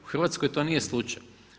U Hrvatskoj to nije slučaj.